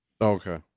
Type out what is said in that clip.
Okay